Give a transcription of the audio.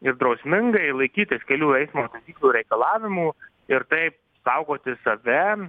ir drausmingai laikytis kelių eismo taisyklių reikalavimų ir taip saugoti save